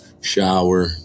shower